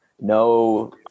no